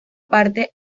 parte